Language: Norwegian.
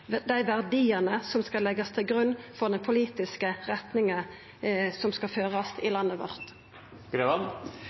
viktigaste: dei verdiane som skal leggjast til grunn for den politiske retninga som skal førast i landet vårt?